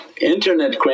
Internet